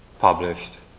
published,